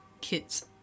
kids